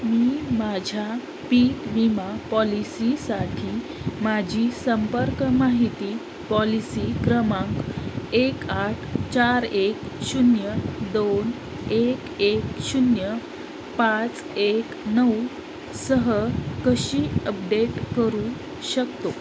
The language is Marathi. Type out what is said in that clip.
मी माझ्या पीक विमा पॉलिसीसाठी माझी संपर्क माहिती पॉलिसी क्रमांक एक आठ चार एक शून्य दोन एक एक शून्य पाच एक नऊ सह कशी अपडेट करू शकतो